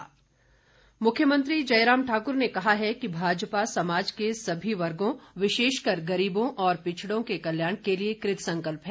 मुख्यमंत्री मुख्यमंत्री जयराम ठाकुर ने कहा है कि भाजपा समाज के सभी वर्गो विशेषकर गरीबों और पिछड़ों के कल्याण के लिए कृतसंकल्प है